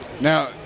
Now